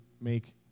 make